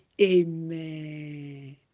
Amen